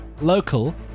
local